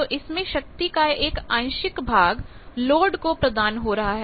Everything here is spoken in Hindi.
तो इसमें शक्ति का एक आंशिक भाग लोड को प्रदान हो रहा है